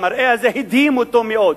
המראה הזה הדהים אותו מאוד,